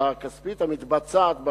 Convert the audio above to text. הכספית המתבצעת בהן.